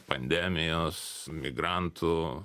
pandemijos migrantų